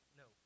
no